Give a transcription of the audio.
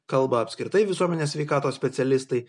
kalba apskritai visuomenės sveikatos specialistai